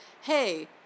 hey